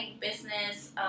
business